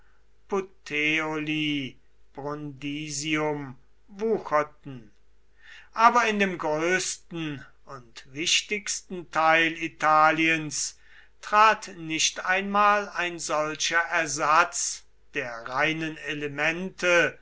puteoli brundisium wucherten aber in dem größten und wichtigsten teil italiens trat nicht einmal ein solcher ersatz der reinen elemente